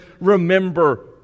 remember